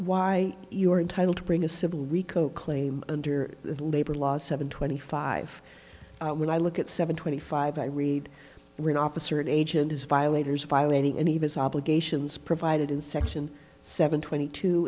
why you are entitled to bring a civil rico claim under the labor laws seven twenty five when i look at seven twenty five i read were an officer an agent is violators violating any of his obligations provided in section seven twenty two